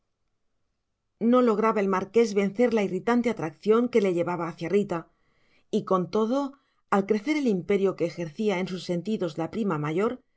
no lograba el marqués vencer la irritante atracción que le llevaba hacia rita y con todo al crecer el imperio que ejercía en sus sentidos la prima mayor